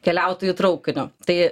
keliautojų traukiniu tai